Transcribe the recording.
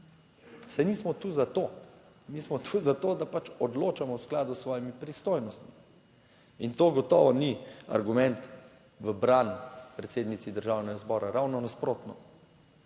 Mi smo tu zato, da pač odločamo v skladu s svojimi pristojnostmi in to gotovo ni argument v bran predsednici Državnega zbora, ravno nasprotno.